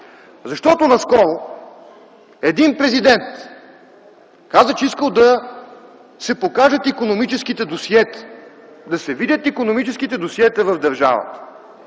Защото наскоро един президент каза, че искал да се покажат икономическите досиета, да се видят икономическите досиета в държавата.